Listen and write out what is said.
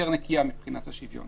יותר נקייה מבחינת השוויון,